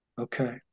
okay